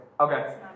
Okay